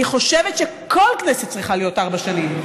אני חושבת שכל כנסת צריכה להיות ארבע שנים.